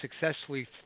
successfully